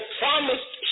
promised